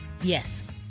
Yes